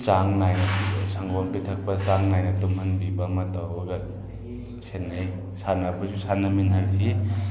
ꯆꯥꯡ ꯅꯥꯏꯅ ꯁꯪꯒꯣꯝ ꯄꯤꯊꯛꯄꯤꯕ ꯆꯥꯡ ꯅꯥꯏꯅ ꯇꯨꯝꯍꯟꯕꯤꯕ ꯑꯃ ꯇꯧꯔꯒ ꯁꯦꯟꯅꯩ ꯁꯥꯟꯅꯕꯁꯨ ꯁꯥꯟꯅꯃꯤꯟꯅꯍꯜꯂꯤ